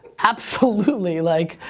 absolutely. like,